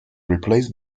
replaced